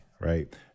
right